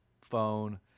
phone